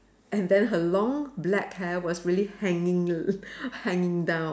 and then her long black hair was really hanging l~ hanging down